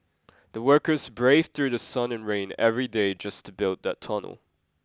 the workers braved through sun and rain every day just to build that tunnel